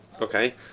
Okay